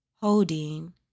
holding